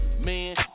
Man